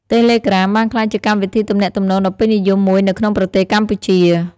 តេឡេក្រាមបានក្លាយជាកម្មវិធីទំនាក់ទំនងដ៏ពេញនិយមមួយនៅក្នុងប្រទេសកម្ពុជា។